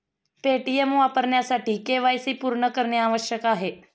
Paytm वापरण्यासाठी KYC पूर्ण करणे आवश्यक आहे